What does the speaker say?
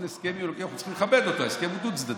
אנחנו צריכים לכבד אותו, ההסכם הוא דו-צדדי.